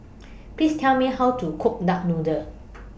Please Tell Me How to Cook Duck Noodle